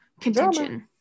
contention